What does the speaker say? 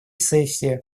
сессии